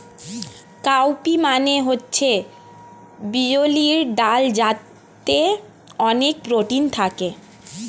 cow P মানে হচ্ছে বিউলির ডাল যাতে অনেক প্রোটিন থাকে